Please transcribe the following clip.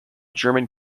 german